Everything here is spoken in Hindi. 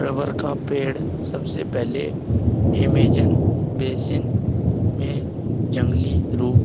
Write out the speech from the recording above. रबर का पेड़ सबसे पहले अमेज़न बेसिन में जंगली रूप